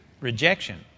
rejection